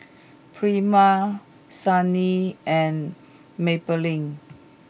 Prima Sony and Maybelline